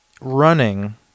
running